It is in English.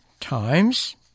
times